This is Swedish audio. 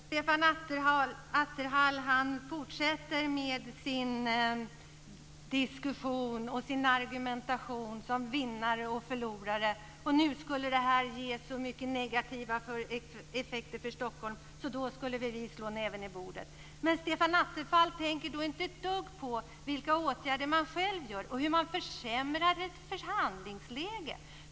Fru talman! Stefan Attefall fortsätter med sin argumentation om vinnare och förlorare. Det skulle nu bli så mycket negativa effekter för Stockholm att vi borde slå näven i bordet. Stefan Attefall tänker då inte ett dugg på vilka åtgärder man själv agerar för och hur man försämrar förhandlingsläget.